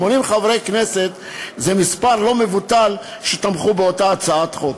80 חברי כנסת זה מספר לא מבוטל שתמך באותה הצעת חוק.